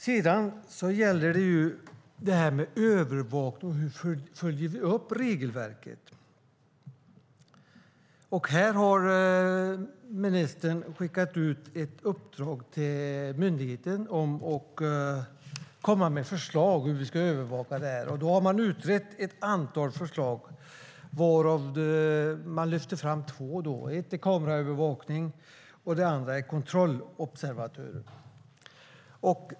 Sedan gäller det hur vi följer upp regelverket om övervakning. Här har ministern skickat ut ett uppdrag till myndigheten att komma med förslag om hur övervakningen ska gå till. Man har utrett ett antal förslag, varav man lyfter fram två. Det ena är kameraövervakning och det andra är kontrollobservatörer.